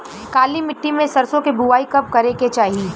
काली मिट्टी में सरसों के बुआई कब करे के चाही?